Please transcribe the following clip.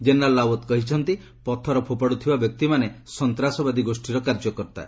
general Rawat କହିଛନ୍ତି ପଥର ଫୋପାଡୁଥିବା ବ୍ୟକ୍ତିମାନେ ସନ୍ତାସବାଦୀ ଗୋଷୀର କାର୍ଯ୍ୟକର୍ତ୍ତା